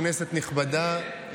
כנסת נכבדה,